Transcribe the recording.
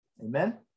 amen